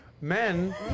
Men